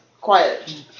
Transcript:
Quiet